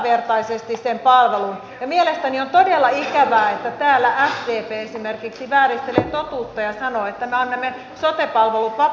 ja mielestäni on todella ikävää että täällä esimerkiksi sdp vääristelee totuutta ja sanoo että me annamme sote palvelut vapaalle kilpailulle